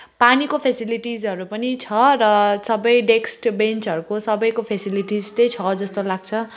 पानीको फेसलिटिजहरू पनि छ र सबै डेस्क बेन्चहरूको सबैको फेसिलिटिज चाहिँ छ जस्तो लाग्छ